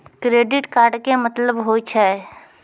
Credit card के मतलब होय छै?